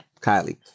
Kylie